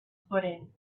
footing